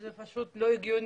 זה פשוט לא הגיוני.